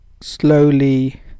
slowly